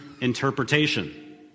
interpretation